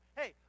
hey